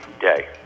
day